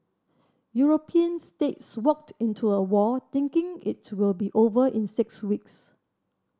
European states walked into a war thinking it will be over in six weeks